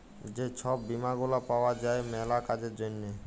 যে ছব বীমা গুলা পাউয়া যায় ম্যালা কাজের জ্যনহে